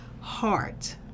heart